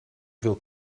wilt